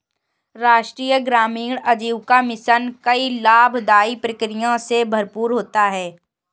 राष्ट्रीय ग्रामीण आजीविका मिशन कई लाभदाई प्रक्रिया से भरपूर होता है